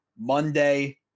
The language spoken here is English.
Monday